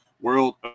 world